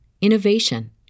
innovation